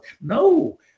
No